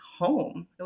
home